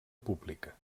pública